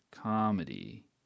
comedy